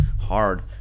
hard